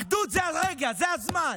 אחדות, זה הרגע, זה הזמן.